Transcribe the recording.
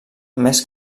més